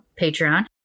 Patreon